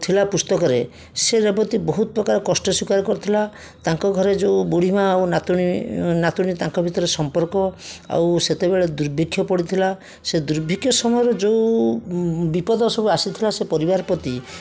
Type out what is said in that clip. ଥିଲା ପୁସ୍ତକରେ ସେ ରେବତୀ ବହୁତପ୍ରକାର କଷ୍ଟ ସ୍ୱୀକାର କରିଥିଲା ତାଙ୍କ ଘରେ ଯେଉଁ ବୁଢ଼ୀମା ଆଉ ନାତୁଣୀ ନାତୁଣୀ ତାଙ୍କ ଭିତରେ ସମ୍ପର୍କ ଆଉ ସେତେବେଳେ ଦୁର୍ଭିକ୍ଷ ପଡ଼ିଥିଲା ସେ ଦୁର୍ଭିକ୍ଷ ସମୟରେ ଯେଉଁ ବିପଦ ସବୁ ଆସିଥିଲା ସେ ପରିବାର ପ୍ରତି